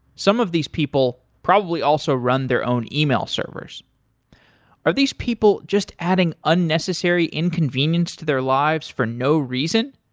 some of these people probably also run their own yeah e-mail servers are these people just adding unnecessary inconvenience to their lives for no reason?